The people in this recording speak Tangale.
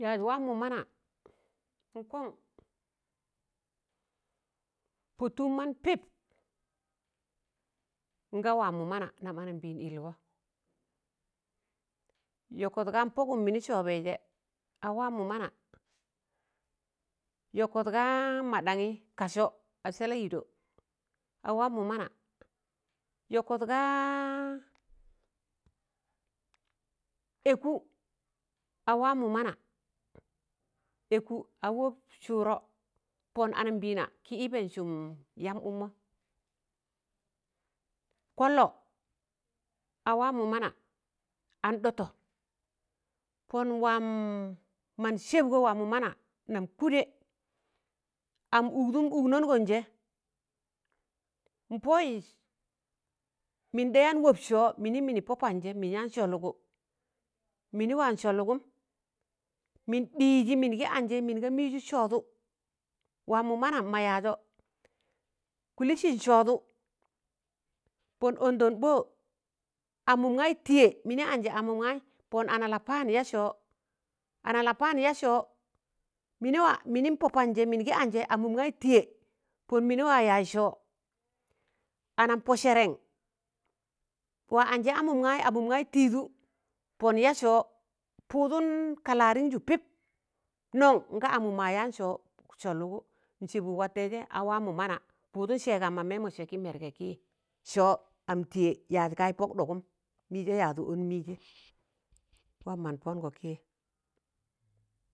yaaz waamụ mana n'kọn. Pọ tụụb man pịp, nga waamụ mana nan anambịịn ịlgọ, yọkọt ga n'pọgụm mịnị sọọbẹị jẹ, a waamụ mana, yọkọt ga maɗanyị kasọ a sala'ịdọ, a waamụ mana, yọkọt ga ẹkụ a waamụ mana, ẹkụ a wọb sụụrọ, pọn anambịịna kị yịbẹn sụm yamb ụkmọ. Kọllọ a waamụ mana, an ɗọtọ pọn waam man sẹbgọ waamụ mana nam kụdẹ am ugdo ụgnọngọn jẹ n'pọịs mịn da yaan wọp sọọ tị pọ pọmd sẹ, mịn aan sọọ lụgụ mịnị waa sọọ lụgụm, mịn ɗịịzị mịn gị anjị mịn ga mịịjụ sọọdụ waamụ manam m'mọ yaazọ, kụlịsịm sọọdụ, pọn ọndọ Bọọ. Amụm gaị tịyẹ pọn ana lapan ya sọọ, ana lapan yaa sọọ mịn a mịnim pọpandjẹ mịn gị anjẹ amụm gaị tịyẹ pọn mịnị wa yaaz sọọ, anan pọsẹrẹn wa anjẹị amụm gaayị tụdụ pọn ya sọọ pụụdụn kalarịṇ jụ pịp. Nọṇ nga amụm ma yaan sọọ, sọ lụgụ n'sẹbụg watẹịjẹ a waamụ mana pụụdụn sẹẹgam ma mẹẹmọ sẹ kị mẹrgẹ kịị sọ am tịyẹ yaaz gaajị pọk ɗọgụm, mịịjẹ yaadụ ọn mịịjẹ, waam man pọngọ kịị.